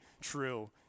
true